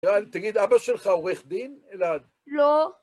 יאללה, תגיד, אבא שלך עורך דין, אלעד? לא.